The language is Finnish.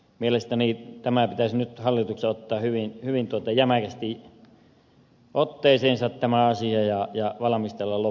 mielestäni hallituksen pitäisi nyt ottaa hyvin jämäkästi otteeseensa tämä asia ja valmistella loppuun saakka